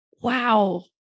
wow